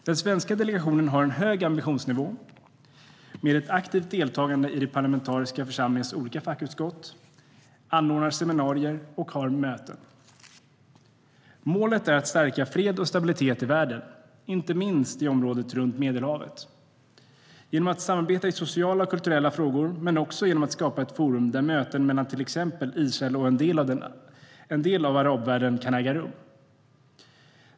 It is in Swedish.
Den svenska delegationen har en hög ambitionsnivå och deltar aktivt i den parlamentariska församlingens olika fackutskott, anordnar seminarier och har möten. Målet är att stärka fred och stabilitet i världen, inte minst i området runt Medelhavet, genom att samarbeta i sociala och kulturella frågor men också genom att skapa ett forum där möten mellan till exempel Israel och en del av arabvärlden kan äga rum.